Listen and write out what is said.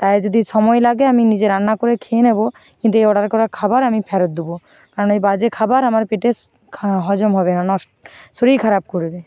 তাই যদি সময় লাগে আমি নিজে রান্না করে খেয়ে নেব কিন্তু এই অর্ডার করা খাবার আমি ফেরত দেব কারণ এই বাজে খাবার আমার পেটে হজম হবে না নষ্ট শরীর খারাপ করবে